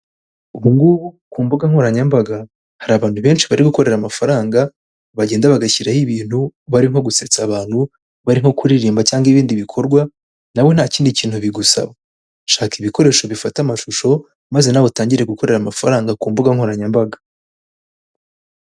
Ubu ngubu ku mbuga nkoranyambaga hari abantu benshi bari gukorera amafaranga, bagenda bagashyiraho ibintu bari nko gusetsa abantu, bari nko kuririmba cyangwa ibindi bikorwa, nawe nta kindi kintu bigusaba, shaka ibikoresho bifata amashusho, maze nawe utangire gukorera amafaranga ku mbuga nkoranyambaga.